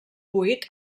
buit